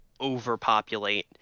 overpopulate